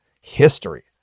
history